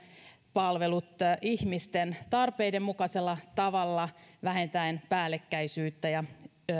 palvelut ihmisten tarpeiden mukaisella tavalla vähentäen päällekkäisyyttä ja